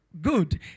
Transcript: good